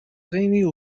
dhaoine